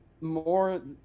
more